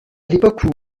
l’époque